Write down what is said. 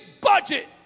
budget